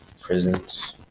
prisons